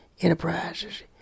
enterprises